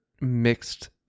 mixed